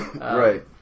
Right